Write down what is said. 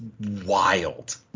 wild